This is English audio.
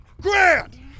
Grand